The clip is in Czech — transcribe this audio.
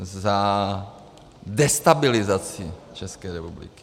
Za destabilizaci České republiky.